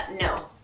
no